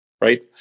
Right